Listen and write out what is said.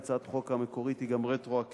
הצעת החוק המקורית היא גם רטרואקטיבית,